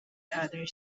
other